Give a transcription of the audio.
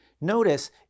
notice